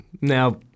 Now